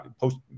post